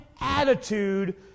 attitude